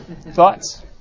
thoughts